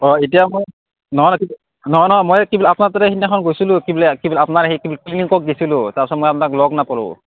অঁ এতিয়া মই নহয় নহয় নহয় নহয় মই কিবা আপোনাৰ তাতে সিদিনাখন গৈছিলোঁ কিবিলা কিবিলা আপোনাৰ সি ক্লিনিকত গৈছিলোঁ তাৰপিছত মই আপোনাক লগ নাপালোঁ